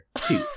Two